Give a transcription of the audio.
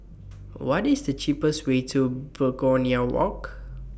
What IS The cheapest Way to Pegonia Walk